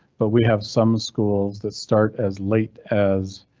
but we have some schools that start as late as.